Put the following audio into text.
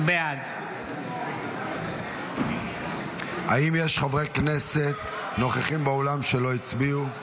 בעד האם יש חברי כנסת נוכחים באולם שלא הצביעו?